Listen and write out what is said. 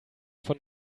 von